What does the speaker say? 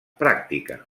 pràctica